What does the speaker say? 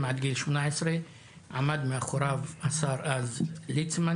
עד גיל 18. עמד מאחוריו השר לשעבר ליצמן.